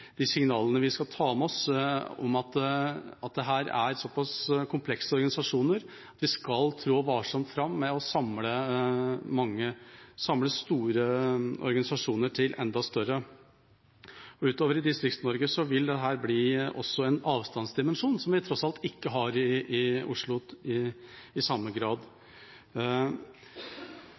signalene vi skal ta med oss: Dette er såpass komplekse organisasjoner at vi skal trå varsomt fram med å samle store organisasjoner til enda større. Utover i Distrikts-Norge vil dette også få en avstandsdimensjon, som vi tross alt ikke har i Oslo i samme grad.